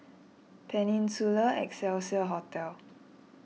Peninsula Excelsior Hotel